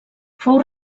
fou